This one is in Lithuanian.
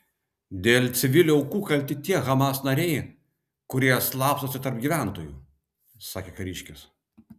dėl civilių aukų kalti tie hamas nariai kurie slapstosi tarp gyventojų sakė kariškis